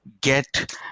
get